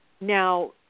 Now